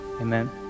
Amen